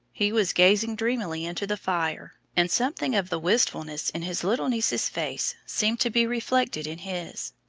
he was gazing dreamily into the fire, and something of the wistfulness in his little niece's face seemed to be reflected in his.